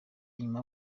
inyuma